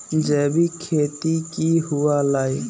जैविक खेती की हुआ लाई?